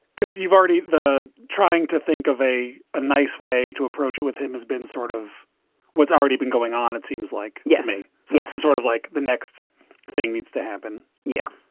because you've already the trying to think of a nice way to approach it with him has been sort of what's already been going on, it seems like. yeah. me see some sort of like the next thing needs to happen yeah.